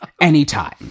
Anytime